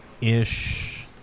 Ish